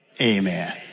amen